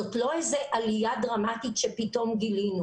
זאת לא איזו עלייה דרמטית שפתאום גילינו.